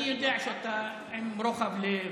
אני יודע שאתה עם רוחב לב,